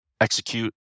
execute